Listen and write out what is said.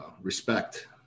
respect